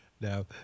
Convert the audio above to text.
Now